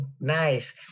nice